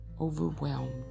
overwhelmed